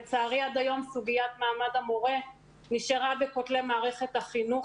לצערי עד היום סוגיית מעמד המורה נשארה בין כותלי מערכת החינוך